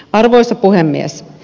arvoisa puhemies